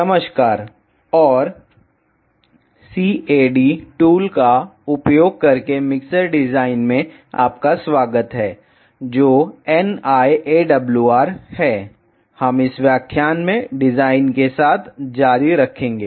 नमस्कार और CAD tool का उपयोग करके मिक्सर डिजाइन में आपका स्वागत है जो NI AWR है हम इस व्याख्यान में डिजाइन के साथ जारी रखेंगे